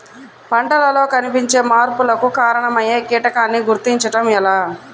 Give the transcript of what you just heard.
పంటలలో కనిపించే మార్పులకు కారణమయ్యే కీటకాన్ని గుర్తుంచటం ఎలా?